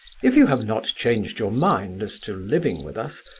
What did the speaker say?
if you have not changed your mind as to living with us,